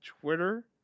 Twitter